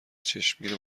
چشمگیر